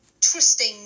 trusting